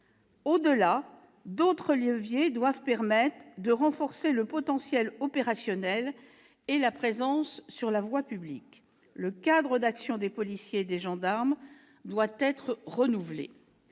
Au-delà, d'autres leviers doivent permettre de renforcer le potentiel opérationnel et la présence sur la voie publique. Le cadre d'action des policiers et des gendarmes doit être renouvelé.